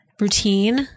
routine